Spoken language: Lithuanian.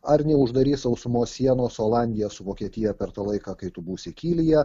ar neuždarys sausumos sienos su olandija su vokietija per tą laiką kai tu būsi kylyje